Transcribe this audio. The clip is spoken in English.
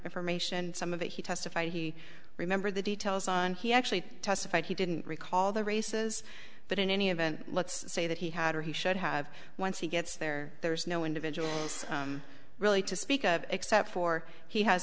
information some of it he testified he remembered the details on he actually testified he didn't recall the races but in any event let's say that he had or he should have once he gets there there's no individuals really to speak of except for he has